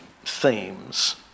themes